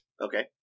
Okay